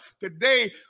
Today